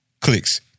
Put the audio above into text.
clicks